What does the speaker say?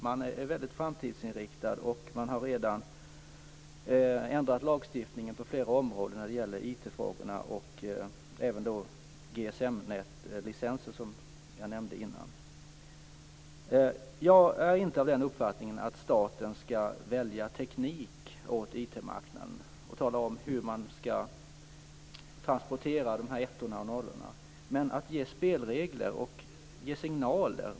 Man är väldigt framtidsinriktad, och man har redan ändrat lagstiftningen på flera områden när det gäller IT-frågorna och även GSM-licenser, som jag nämnde innan. Jag är inte av den uppfattningen att staten ska välja teknik åt IT-marknaden och tala om hur den ska transportera ettorna och nollorna, men man ska ge spelregler och signaler.